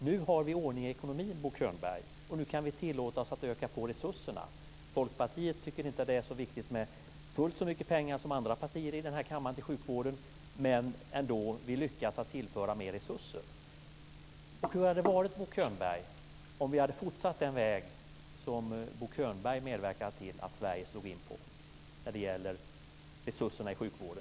Nu har vi ordning i ekonomin, Bo Könberg, och nu kan vi tillåta oss att öka på resurserna. Folkpartiet tycker inte att det är viktigt med fullt så mycket pengar som andra partier i den här kammaren till sjukvården. Men vi lyckas ändå tillföra mer resurser. Hur hade det varit, Bo Könberg, om vi hade fortsatt på den väg som Bo Könberg medverkade till att Sverige slog in på när det gäller resurserna i sjukvården?